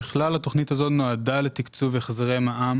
ככלל התכנית הזאת נועדה לתקצוב החזרי מע"מ